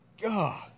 god